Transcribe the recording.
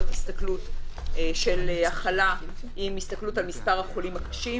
הסתכלות של הכלה עם הסתכלות על מספר החולים הקשים,